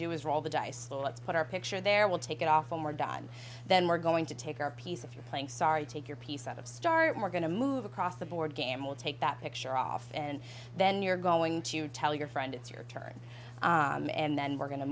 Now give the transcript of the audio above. do is roll the dice let's put our picture there we'll take it off when we're done then we're going to take our piece if you're playing sorry take your piece out of start we're going to move across the board game or take that picture off and then you're going to tell your friend it's your turn and then we're going to